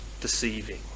deceiving